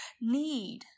need